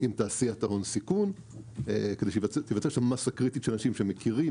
עם תעשיית ההון סיכון כדי שתיווצר שם מסה קריטית של אנשים שמכירים,